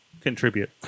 contribute